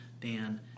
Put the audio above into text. Dan